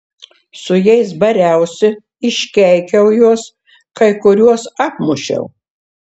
su jais bariausi iškeikiau juos kai kuriuos apmušiau